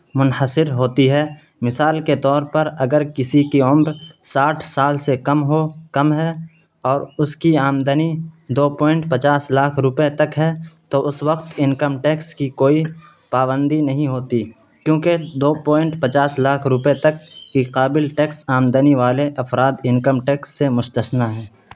منحصر ہوتی ہے مثال کے طور پر اگر کسی کی عمر ساٹھ سال سے کم ہو کم ہے اور اس کی آمدنی دو پوائنٹ پچاس لاکھ روپے تک ہے تو اس وقت انکم ٹیکس کی کوئی پابندی نہیں ہوتی کیونکہ دو پوائنٹ پچاس لاکھ روپے تک کی قابل ٹیکس آمدنی والے افراد انکم ٹیکس سے مشتثنی ہیں